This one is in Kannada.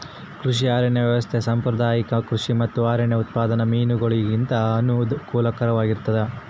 ಕೃಷಿ ಅರಣ್ಯ ವ್ಯವಸ್ಥೆ ಸಾಂಪ್ರದಾಯಿಕ ಕೃಷಿ ಮತ್ತು ಅರಣ್ಯ ಉತ್ಪಾದನಾ ವಿಧಾನಗುಳಿಗಿಂತ ಅನುಕೂಲಕರವಾಗಿರುತ್ತದ